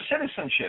citizenship